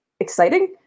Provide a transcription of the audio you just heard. exciting